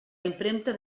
impremta